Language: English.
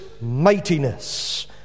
mightiness